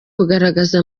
kugaragaza